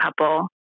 couple